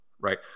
right